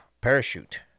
parachute